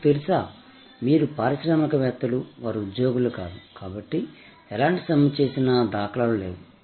మీకు తెలుసా వీరు పారిశ్రామికవేత్తలు వారు ఉద్యోగులు కాదు కాబట్టి ఎలాంటి సమ్మె చేసిన దాఖలాలు లేవు